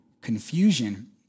confusion